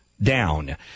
Down